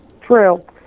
True